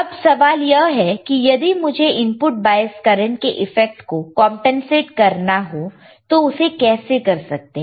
अब सवाल यह है कि यदि मुझे इनपुट बायस करंट के इफेक्ट को कंपनसेट करना हो तो उसे कैसे कर सकते हैं